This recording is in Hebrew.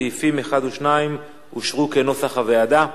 סעיפים 1 ו-2 אושרו כנוסח הוועדה.